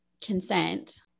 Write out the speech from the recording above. consent